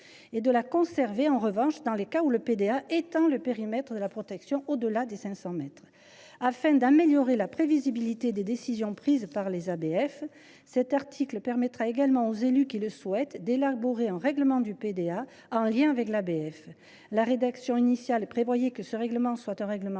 et de la conserver dans les cas où le PDA étend le périmètre de la protection au delà de 500 mètres. Afin d’améliorer la prévisibilité des décisions prises par les ABF, cet article permettra également aux élus qui le souhaitent d’élaborer un règlement du PDA en lien avec l’ABF. La rédaction initiale prévoyait que ce règlement serait autonome,